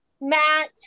Matt